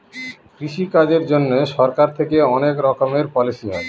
কৃষি কাজের জন্যে সরকার থেকে অনেক রকমের পলিসি হয়